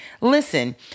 Listen